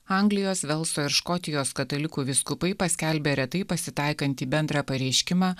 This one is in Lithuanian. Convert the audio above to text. anglijos velso ir škotijos katalikų vyskupai paskelbė retai pasitaikantį bendrą pareiškimą